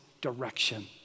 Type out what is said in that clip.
direction